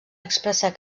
expressar